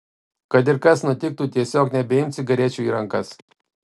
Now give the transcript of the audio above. kad ir kas nutiktų tiesiog nebeimk cigarečių į rankas